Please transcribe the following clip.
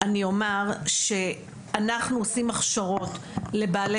אני אומר שאנחנו עושים ההכשרות לבעלי